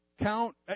count